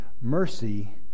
mercy